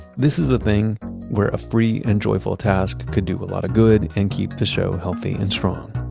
this is a thing where a free and joyful task could do a lot of good and keep the show healthy and strong.